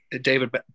David